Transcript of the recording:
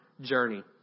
journey